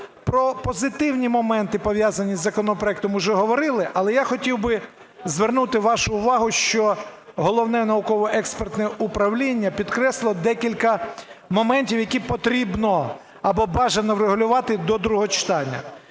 Про позитивні моменти, пов'язані із законопроектом, уже говорили. Але я хотів би звернути вашу увагу, що Головне науково-експертне управління підкреслило декілька моментів, які потрібно або бажано врегулювати до другого читання.